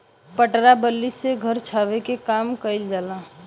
पटरा बल्ली से घर छावे के काम कइल जाला